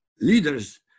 leaders